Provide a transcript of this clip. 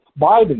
Biden